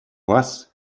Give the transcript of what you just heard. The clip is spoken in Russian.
вас